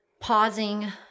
pausing